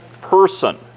person